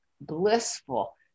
blissful